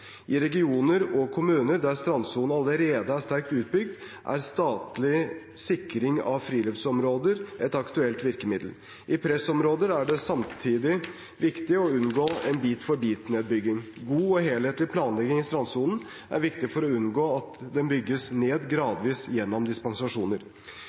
I regioner og kommuner der strandsonen allerede er sterkt utbygd, er statlig sikring av friluftsområder et aktuelt virkemiddel. I pressområder er det samtidig viktig å unngå en bit-for-bit-nedbygging. God og helhetlig planlegging i strandsonen er viktig for å unngå at den bygges ned